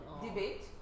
debate